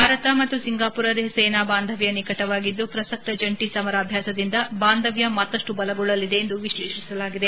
ಭಾರತ ಮತ್ತು ಸಿಂಗಾಪುರ ಸೇನಾ ಬಾಂಧವ್ಯ ನಿಕಟವಾಗಿದ್ದು ಪ್ರಸಕ್ತ ಜಂಟ ಸಮರಾಭ್ಯಾಸದಿಂದ ಬಾಂದವ್ಯ ಮತ್ತಪ್ಟು ಬಲಗೊಳ್ಳಲಿದೆ ಎಂದು ವಿಶ್ಲೇಷಿಸಲಾಗಿದೆ